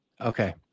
Okay